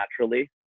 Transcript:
naturally